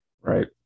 Right